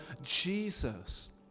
Jesus